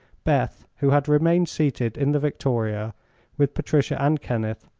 beth, who had remained seated in the victoria with patricia and kenneth,